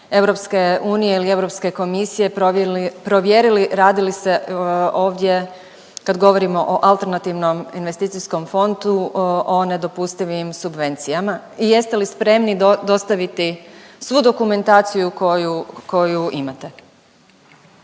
razini EU ili Europske komisije provjerili radi li se ovdje kad govorimo o alternativnom investicijskom fondu o nedopustivim subvencijama i jeste li spremni dostaviti svu dokumentaciju koju imate?